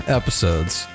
episodes